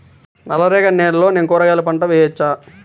నల్ల రేగడి నేలలో నేను కూరగాయల పంటను వేయచ్చా?